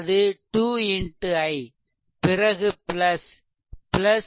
அது 2 x i பிறகு